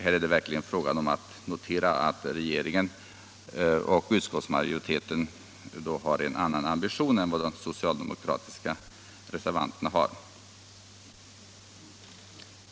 Här måste noteras att regeringen och utskottsmajoriteten har en annan ambition än de socialdemokratiska reservanterna.